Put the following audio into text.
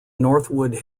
northwood